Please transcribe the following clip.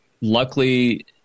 Luckily